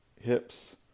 hips